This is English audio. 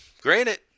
Granted